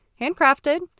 handcrafted